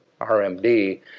RMD